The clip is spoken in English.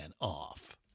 off